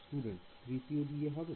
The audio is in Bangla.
Student তৃতীয়টি দিয়ে হবে